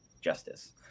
justice